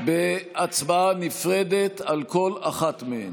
בהצבעה נפרדת על כל אחת מהן.